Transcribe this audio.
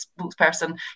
spokesperson